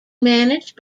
managed